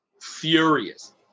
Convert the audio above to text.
furious